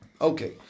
Okay